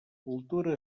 cultura